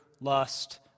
lust